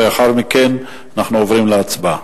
ולאחר מכן אנחנו עוברים להצבעה.